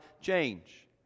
change